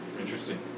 Interesting